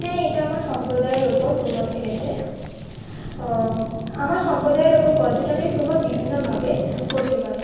হ্যাঁ এটা আমার সম্প্রদায়ের উপর প্রভাব ফেলেছে ও আমার সম্প্রদায়ের উপর পর্যটনের প্রভাব বিভিন্নভাবে পড়তে পারে